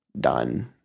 done